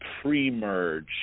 pre-merge